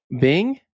Bing